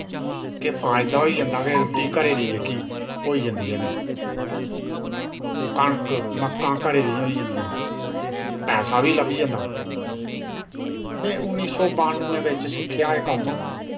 केह् फायदा होई जंदा के रूट्टी घरै दी जेह्की होई जंदी ऐ में कनक मक्कां घरे दियां होई जंदिया पैसा बी लब्भी जंदा में उन्नी सौ बानुएं बिच्च सिक्खेआ एह् कम्म